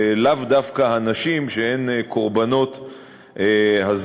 ולאו דווקא הנשים שהן קורבנות הזנות.